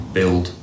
build